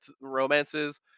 romances